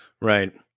Right